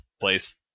place